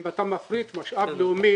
אם אתה מפריט משאב לאומי,